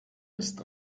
ist